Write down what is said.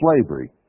slavery